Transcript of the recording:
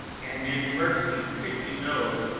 and in mercy pity those